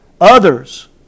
Others